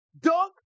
dunk